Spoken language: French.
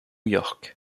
york